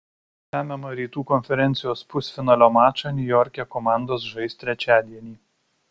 lemiamą rytų konferencijos pusfinalio mačą niujorke komandos žais trečiadienį